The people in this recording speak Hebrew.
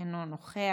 אינו נוכח.